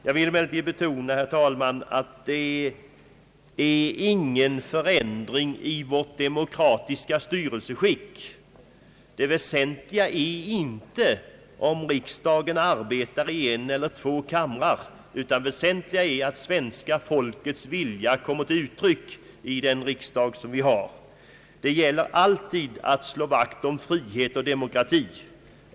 Jag vill emellertid betona, herr talman, att detta beslut inte innebär någon förändring i vårt demokratiska styrelseskick. Det väsentliga är inte om riksdagen arbetar i en eller två kamrar, utan det väsentliga är att svenska folkets vilja kommer till uttryck i den riksdag vi har. Det gäller att alltid slå vakt om frihet och demokrati.